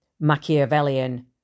Machiavellian